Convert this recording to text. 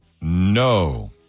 No